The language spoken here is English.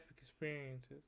experiences